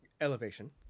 elevation